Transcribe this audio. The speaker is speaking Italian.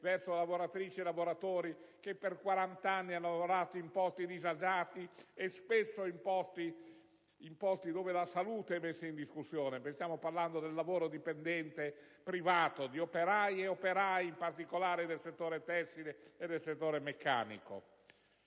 verso lavoratrici e lavoratori che per 40 anni hanno lavorato in posti disagiati, dove la salute spesso è messa in discussione? Stiamo parlando del lavoro dipendente privato di operaie e operai, in particolare dei settori tessile e meccanico.